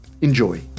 Enjoy